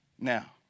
Now